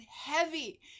heavy